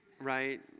right